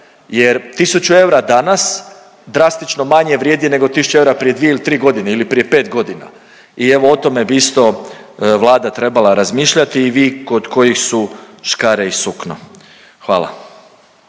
Jer tisuću eura danas drastično manje vrijedi nego tisuću eura prije 2 ili 3.g. ili prije 5.g. i evo o tome bi isto Vlada trebala razmišljati i vi kod kojih su škare i sukno, hvala.